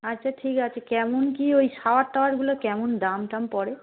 আচ্ছা ঠিক আছে কেমন কি ওই শাওয়ার টাওয়ারগুলো কেমন দাম টাম পড়ে